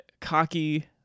cocky